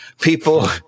people